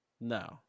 No